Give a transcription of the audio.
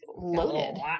loaded